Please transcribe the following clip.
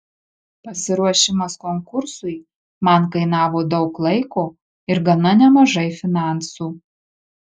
pasiruošimas konkursui man kainavo daug laiko ir gana nemažai finansų